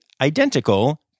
identical